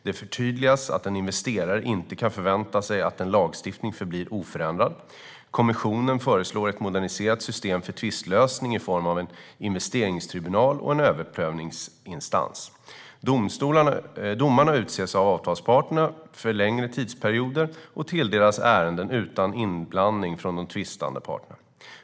Det förtydligas att en investerare inte kan förvänta sig att en lagstiftning förblir oförändrad. Kommissionen föreslår ett moderniserat system för tvistlösning i form av en investeringstribunal och en överprövningsinstans. Domarna utses av avtalsparterna för längre tidsperioder och tilldelas ärenden utan inblandning från de tvistande parterna.